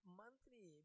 monthly